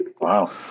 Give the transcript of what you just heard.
wow